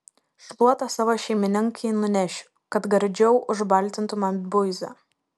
šluotą savo šeimininkei nunešiu kad gardžiau užbaltintų man buizą